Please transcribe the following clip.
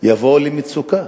יבואו למצוקה,